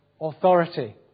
authority